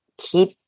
keep